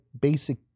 basic